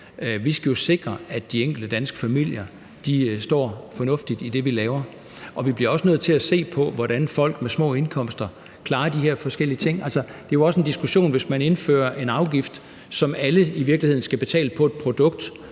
Vi skal jo sikre, at de enkelte danske familier er fornuftigt stillet med det, vi laver, og vi bliver også nødt til at se på, hvordan folk med små indkomster klarer de her forskellige ting. Det er jo også en diskussion, hvis man indfører en afgift på et produkt, som alle skal betale, at der